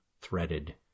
threaded